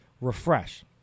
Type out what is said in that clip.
refresh